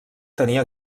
tenia